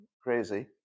crazy